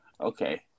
okay